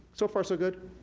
so far, so good?